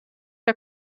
der